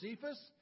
Cephas